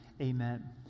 Amen